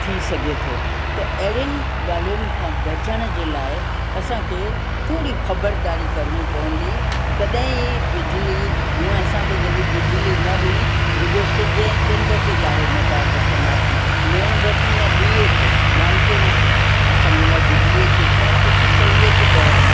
थी सघे थो त अहिड़ियुनि ॻाल्हयुनि खां बचण जे लाइ असांखे थोरी ख़बरदारी करिणी पवंदी तॾहिं ई बिजली हुंअ असांखे जॾहिं बिजली न हुई रुॻो सिज ऐं चंड ते दारो मदारु रखंदा हुआसीं मोमबत्ती ऐं ॾीए ते लालटेन ते असांजे लाइ बिजलीअ केतिरा सुख सहुलियतूं कया आहिनि